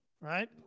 right